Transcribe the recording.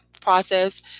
process